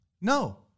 No